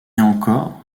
encore